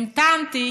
המתנתי,